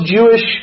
Jewish